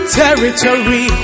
territory